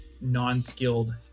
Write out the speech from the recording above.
non-skilled